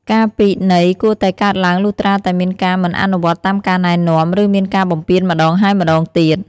ការពិន័យគួរតែកើតឡើងលុះត្រាតែមានការមិនអនុវត្តតាមការណែនាំ ឬមានការបំពានម្តងហើយម្តងទៀត។